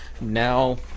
now